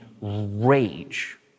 rage